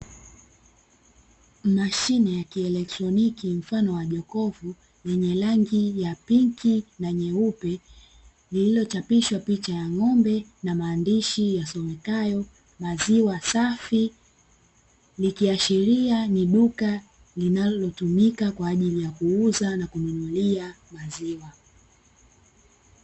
Mashine ya kielektroniki mfano wa jokofu, yenye rangi ya pinki na nyeupe lililochapishwa picha ya ng’ombe na maandishi yasomekayo maziwa safi, ikiashiria ni duka linalotumika kwaajili ya kuuza na kununulia maziwa.